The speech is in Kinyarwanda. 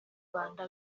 rwanda